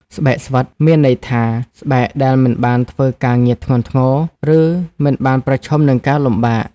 ស្បែកស្វិត មានន័យថា ស្បែកដែលមិនបានធ្វើការធ្ងន់ធ្ងរ ឬមិនបានប្រឈមនឹងការលំបាក។